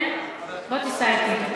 באמת?